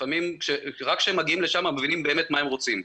לפעמים רק כשהם מבינים לשם מבינים באמת מה הם רוצים.